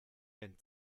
wenn